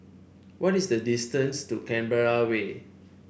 what is the distance to Canberra Way